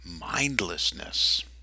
mindlessness